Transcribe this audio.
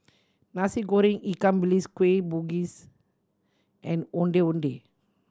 Nasi Goreng ikan bilis Kueh Bugis and Ondeh Ondeh